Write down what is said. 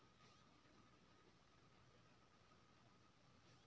venture capital private equity financing कएल जाइ छै